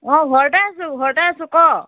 অঁ ঘৰতে আছোঁ ঘৰতে আছোঁ ক